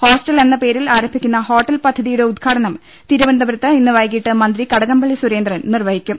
hostel എന്ന എന്ന പേരിൽ ആരംഭിക്കുന്ന ഹോട്ടൽ പദ്ധതിയുടെ ഉദ്ഘാടനം തിരുവനന്തപു രത്ത് ഇന്ന് വൈകീട്ട് മന്ത്രി കടകംപള്ളി സുരേന്ദ്രൻ നിർവ്വഹി ക്കും